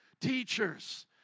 teachers